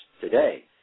today